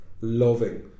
loving